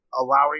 allowing